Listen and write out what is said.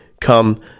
come